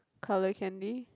coloured candy